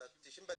ב-1999.